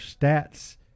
stats